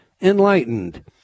enlightened